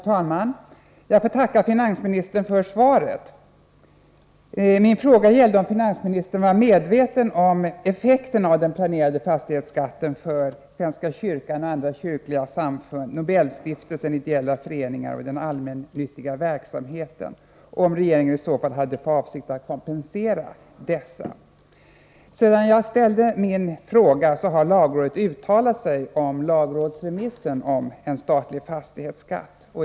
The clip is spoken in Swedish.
Herr talman! Jag får tacka finansministern för svaret. Min fråga gällde om finansministern var medveten om effekterna av den planerade fastighetsskatten för svenska kyrkan och andra kyrkliga samfund, Nobelstiftelsen, ideella föreningar och den allmännyttiga verksamheten samt om regeringen i så fall hade för avsikt att kompensera dessa. Sedan jag ställde min fråga har lagrådet yttrat sig över lagrådsremissen om statlig fastighetsskatt.